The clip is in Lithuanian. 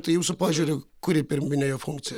tai jūsų požiūriu kuri pirminė jo funkcija